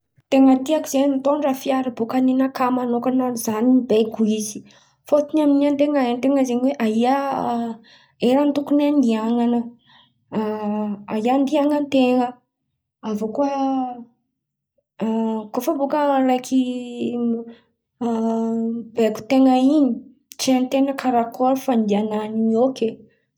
Ten̈a tiako zen̈y, mitondra fiara bôka ny nakà man̈ôkana za mibaiko izy. Fotony amin’in̈y an-ten̈a hain-ten̈a aia aia tokony andianan̈a aia andianan-ten̈a. Avô koa koa fa bôka maneky mibaiko an-ten̈a in̈y, tsy hain-ten̈a aia andianany io kay.